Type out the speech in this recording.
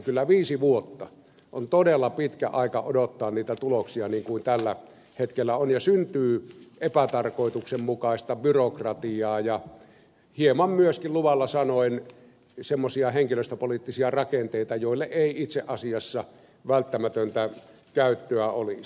kyllä viisi vuotta on todella pitkä aika odottaa niitä tuloksia niin kuin tällä hetkellä on ja syntyy epätarkoituksenmukaista byrokratiaa ja hieman myöskin luvalla sanoen semmoisia henkilöstöpoliittisia rakenteita joille ei itse asiassa välttämätöntä käyttöä olisi